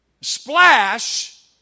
splash